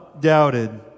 doubted